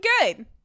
good